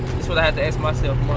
is what i had to ask myself